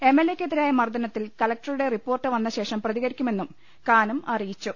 M എൽ എക്കെതിരായ മർദനത്തിൽ കലക്ടറുടെ റിപ്പോർട്ട് വന്ന ശേഷം പ്രതികരിക്കുമെന്നും കാനം അറിയിച്ചു